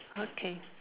okay